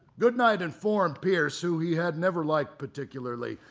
goodnight informed pierce, who he had never liked particularly,